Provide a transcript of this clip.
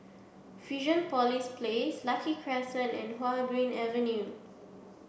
Fusionopolis Place Lucky Crescent and Hua Guan Avenue